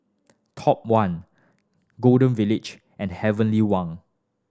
Top One Golden Village and Heavenly Wang